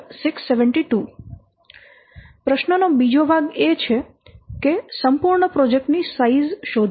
07 672 પ્રશ્ન નો બીજો ભાગ એ છે કે સંપૂર્ણ પ્રોજેક્ટ ની સાઈઝ શોધો